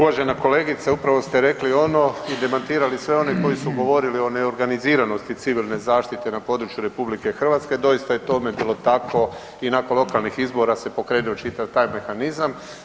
Uvažena kolegice upravo ste rekli ono i demantirali sve one koji su govorili o neorganiziranosti civilne zaštite na području RH, doista je tome bilo tako i nakon lokalnih izbora se pokrenuo čitav taj mehanizam.